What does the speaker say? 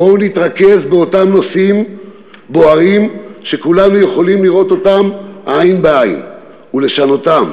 בואו נתרכז באותם נושאים בוערים שכולנו יכולים לראותם עין בעין ולשנותם.